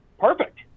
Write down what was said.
perfect